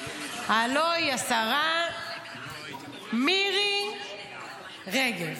הלוא היא השרה מירי רגב.